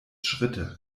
schritte